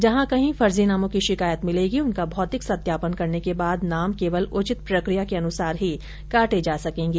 जहां कहीं फर्जी नामों की शिकायत मिलेगी उनका भौतिक सत्यापन करने के बाद नाम केवल उचित प्रक्रिया के अनुसार ही काटे जा सकेंगे